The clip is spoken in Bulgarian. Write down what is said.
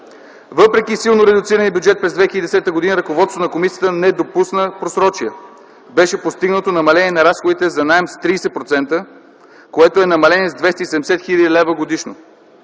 Въпреки силно редуцирания бюджет през 2010 г. ръководството на комисията не допусна просрочие. Беше постигнато намаление на разходите за наем с 30%, което е намаление с 270 хил. лв. годишно.